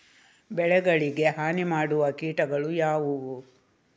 ಬೆಳೆಗಳಿಗೆ ಹಾನಿ ಮಾಡುವ ಕೀಟಗಳು ಯಾವುವು?